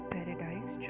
Paradise